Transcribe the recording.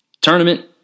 tournament